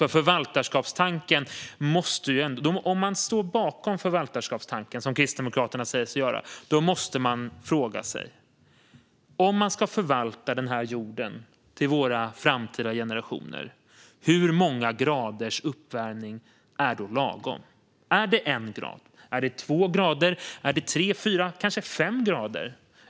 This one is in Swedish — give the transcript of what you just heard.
Den som står bakom förvaltarskapstanken, som Kristdemokraterna säger sig göra, måste fråga sig följande: Om man ska förvalta den här jorden till våra framtida generationer, hur många graders uppvärmning är då lagom? Är det en grad? Är det två grader? Är det tre, fyra eller kanske fem grader?